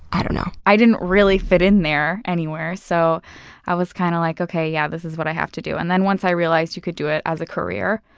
i don't know. i didn't really fit in there anywhere. so i was kinda kind of like, okay, yeah this is what i have to do. and then once i realized you could do it as a career,